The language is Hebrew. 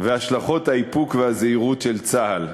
והשלכות האיפוק והזהירות של צה"ל.